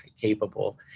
capable